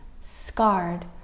scarred